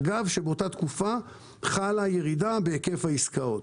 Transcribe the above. אגב שבאותה תקופה חלה ירידה בהיקף העסקאות.